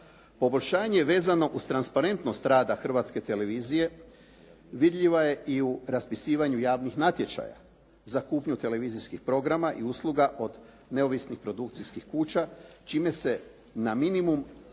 Poboljšanje vezano uz transparentnost rada Hrvatske televizije vidljiva je i u raspisivanju javnih natječaja za kupnju televizijskih programa i usluga od neovisnih produkcijskih kuća čime se na minimum svode